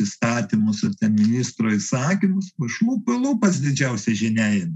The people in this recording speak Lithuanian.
įstatymus ar ten ministro įsakymus iš lūpų į lūpas didžiausia žinia eina